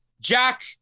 Jack